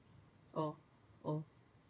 oh oh